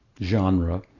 genre